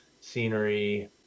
scenery